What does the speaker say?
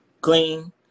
clean